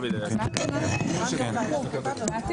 בבקשה,